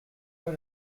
pas